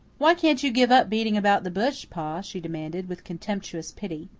why can't you give up beating about the bush, pa? she demanded, with contemptuous pity.